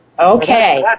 Okay